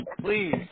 please